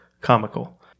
comical